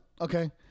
Okay